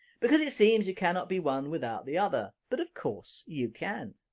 because it seems you cannot be one without the other, but of course you can.